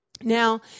Now